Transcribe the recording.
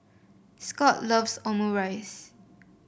Scott loves Omurice